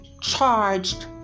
charged